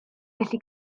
gallu